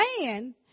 man